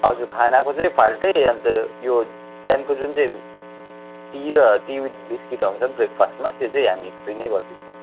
हजुर खानाको चाहिँ फाल्टै अन्त यो बिहानको जुन चाहिँ टी र टी विथ बिस्किट आउँछ बेक्रफास्टमा त्यो चाहिँ हामी फ्री नै गरिदिन्छौँ